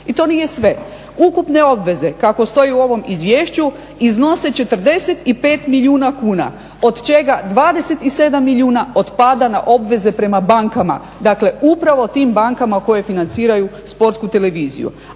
I to nije sve, ukupne obveze, kako stoji u ovom izvješću, iznose 45 milijuna kuna, od čega 27 milijuna kuna od pada na obveze prema bankama, dakle upravo tim bankama koje financiraju Sportsku televiziju.